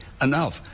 enough